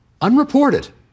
unreported